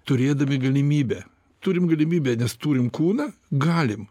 turėdami galimybę turim galimybę nes turim kūną galim